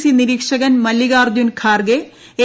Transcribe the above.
C നിരീക്ഷകൻ Mallika Arjun Kharge A